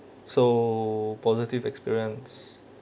so positive experience